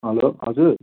hello हजुर